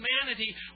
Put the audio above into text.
humanity